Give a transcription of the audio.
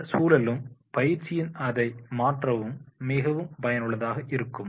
இந்த சூழலும் பயிற்சியின் அதை மாற்றவும் மிகவும் பயனுள்ளதாக இருக்கும்